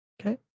Okay